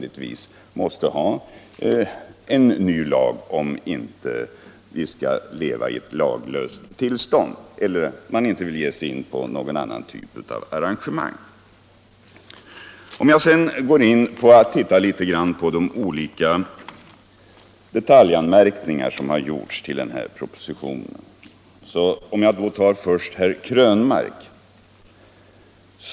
För att då inte hamna i ett laglöst tillstånd måste vi nödvändigtvis ha en ny lag om vi inte vill ge oss in på en annan typ av arrangemang. Jag vill sedan titta på de detaljanmärkningar som gjorts och börjar med herr Krönmark.